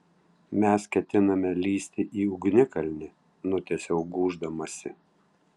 mes ketiname lįsti į ugnikalnį nutęsiau gūždamasi